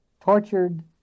tortured